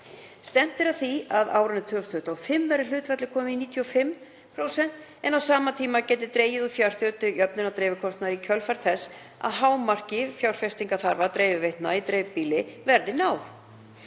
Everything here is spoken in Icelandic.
Stefnt er að því að árið 2025 verði hlutfallið komið í 95% en á sama tíma geti dregið úr fjárþörf til jöfnunar dreifikostnaðar í kjölfar þess að hámarki fjárfestingarþarfar dreifiveitna í dreifbýli verði náð.